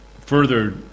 further